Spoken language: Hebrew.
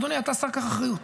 אדוני, אתה שר, קח אחריות.